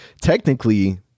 technically